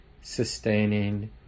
sustaining